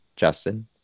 Justin